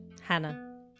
Hannah